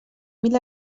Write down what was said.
mil